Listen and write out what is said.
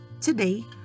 today